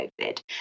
COVID